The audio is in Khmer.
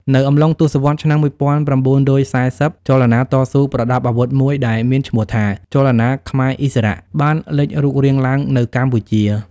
នៅអំឡុងទសវត្សរ៍ឆ្នាំ១៩៤០ ចលនាតស៊ូប្រដាប់អាវុធមួយដែលមានឈ្មោះថា ចលនាខ្មែរឥស្សរៈ បានលេចរូបរាងឡើងនៅកម្ពុជា។